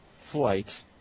flight